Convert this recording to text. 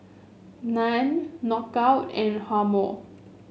Nan Knockout and Hormel